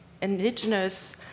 indigenous